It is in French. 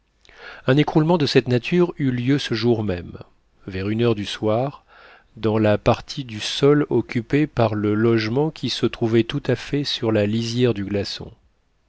un écroulement de cette nature eut lieu ce jour même vers une heure du soir dans la partie du sol occupée par le logement qui se trouvait tout à fait sur la lisière du glaçon